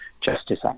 justice